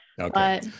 Okay